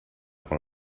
quan